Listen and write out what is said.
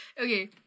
Okay